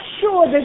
sure